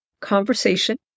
conversation